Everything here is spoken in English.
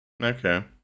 Okay